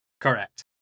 Correct